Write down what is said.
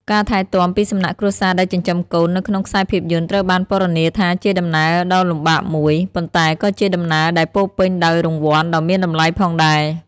ការថែទាំពីសំណាក់គ្រួសារដែលចិញ្ចឹមកូន នៅក្នុងខ្សែភាពយន្តត្រូវបានពណ៌នាថាជាដំណើរដ៏លំបាកមួយ ប៉ុន្តែក៏ជាដំណើរដែលពោរពេញដោយរង្វាន់ដ៏មានតម្លៃផងដែរ។